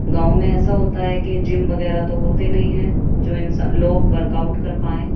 گاؤں میں ایسا ہوتا ہے کہ جم وغیرہ تو ہوتے نہیں ہیں جو انسان لوگ ورک آؤٹ کر پائیں